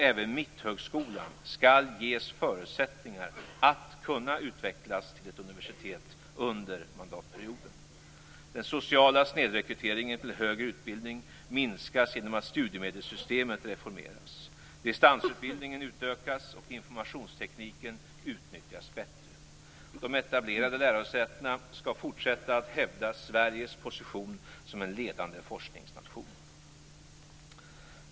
Även Mitthögskolan skall ges förutsättningar att kunna utvecklas till universitet under mandatperioden. Den sociala snedrekryteringen till högre utbildning minskas genom att studiemedelssystemet reformeras, distansutbildningen utökas och informationstekniken utnyttjas bättre. De etablerade lärosätena skall fortsätta att hävda Sveriges position som en ledande forskningsnation.